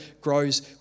grows